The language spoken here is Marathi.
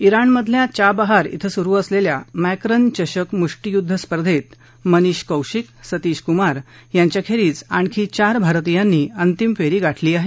इराणमधल्या चाबहार इथं सुरु असलेल्या मॅकरन चषक मुष्टियुद्ध स्पर्धेत मनीष कौशिक सतीश कुमार यांच्याखेरीज आणखी चार भारतीयांनी अंतिम फेरी गाठली आहे